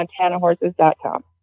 montanahorses.com